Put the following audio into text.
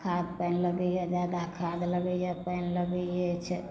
खाद पानि लगैए जादा खाद लगैए पानि लगै अछि